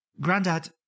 Grandad